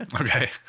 okay